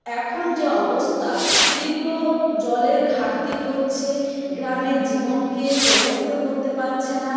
এখন যে অবস্থা তীব্র জলের ঘাটতি হচ্ছে গ্রামের জীবনকে প্রভাবিত করতে পাচ্ছে না